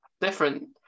different